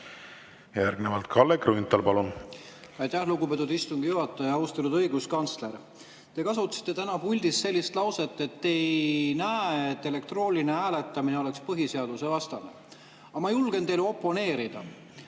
Järgnevalt Kalle Grünthal, palun! Aitäh, lugupeetud istungi juhataja! Austatud õiguskantsler! Te [ütlesite] täna puldis sellise lause, et te ei näe, et elektrooniline hääletamine oleks põhiseadusevastane. Aga ma julgen teile oponeerida.